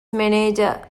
މެނޭޖަރ